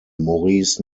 maurice